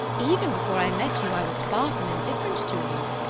even before i met you i was far from indifferent to you.